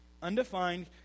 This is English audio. Undefined